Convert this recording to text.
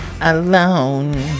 alone